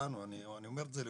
אני אומר את זה לכולם: